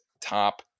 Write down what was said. Top